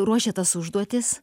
ruošė tas užduotis